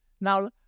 Now